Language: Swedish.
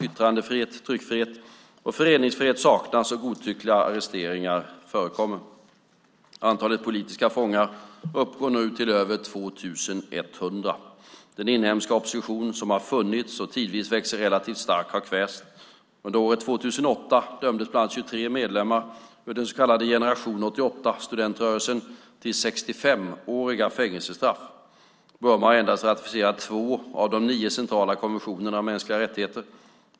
Yttrandefrihet, tryckfrihet och föreningsfrihet saknas och godtyckliga arresteringar förekommer. Antalet politiska fångar uppgår nu till över 2 100. Den inhemska opposition som har funnits och tidvis växt sig relativt stark har kvästs. Under året 2008 dömdes bland annat 23 medlemmar ur den så kallade generation 88-studentrörelsen till 65-åriga fängelsestraff. Burma har endast ratificerat två av de nio centrala konventionerna om mänskliga rättigheter.